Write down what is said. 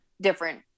different